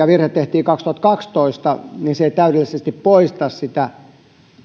virhe mikä tehtiin kaksituhattakaksitoista niin se ei täydellisesti poista sitä